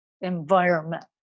environment